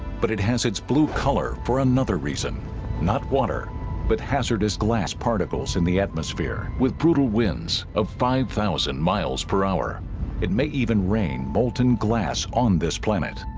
but it has it's blue color for another reason not water but hazardous glass particles in the atmosphere with brutal winds of five thousand miles per hour it may even rain molten glass on this planet